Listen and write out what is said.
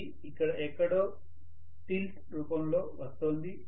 ఇది ఇక్కడ ఎక్కడో టిల్ట్ రూపంలో వస్తోంది